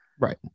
Right